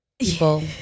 people